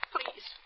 Please